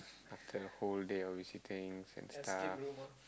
after the whole day of visitings and stuff